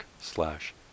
slash